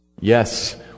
Yes